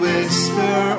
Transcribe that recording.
whisper